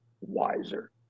wiser